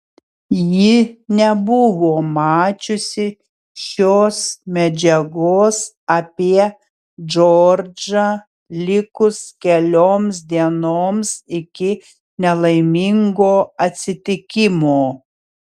ji nebuvo mačiusi šios medžiagos apie džordžą likus kelioms dienoms iki nelaimingo atsitikimo